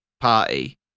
party